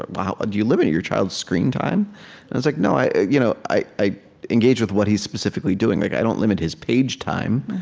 um ah do you limit your child's screen time? and it's like, no. i you know i engage with what he's specifically doing. like i don't limit his page time.